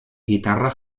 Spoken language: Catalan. guitarra